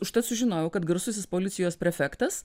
užtat sužinojau kad garsusis policijos prefektas